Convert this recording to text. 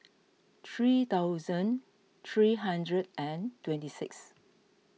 three thousand three hundred and twenty six